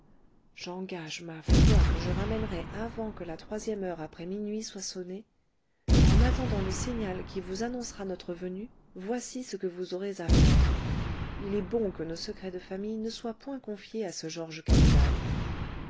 j'engage ma foi que je ramènerai avant que la troisième heure après minuit soit sonnée en attendant le signal qui vous annoncera notre venue voici ce que vous aurez à faire il est bon que nos secrets de famille ne soient point confiés à ce georges cadoudal